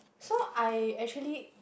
so I actually